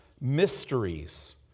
mysteries